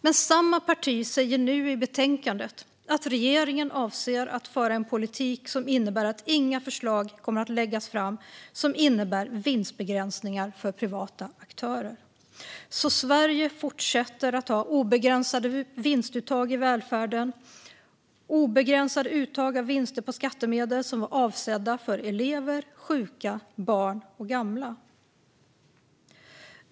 Men samma parti säger nu i betänkandet att regeringen avser att föra en politik som innebär att inga förslag kommer att läggas fram som medför vinstbegränsningar för privata aktörer. Så Sverige fortsätter att ha obegränsade vinstuttag i välfärden - obegränsade uttag av vinster på skattemedel som var avsedda för elever, sjuka, barn och gamla.